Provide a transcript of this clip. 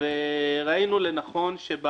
וראינו לנכון,